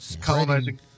colonizing